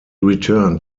returned